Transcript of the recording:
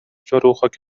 جاروخاک